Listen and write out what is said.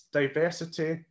diversity